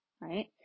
Right